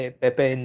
pepe